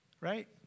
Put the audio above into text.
right